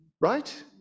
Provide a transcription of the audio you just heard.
right